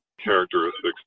characteristics